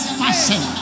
fashion